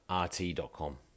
rt.com